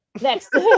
Next